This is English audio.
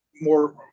more